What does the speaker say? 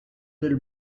del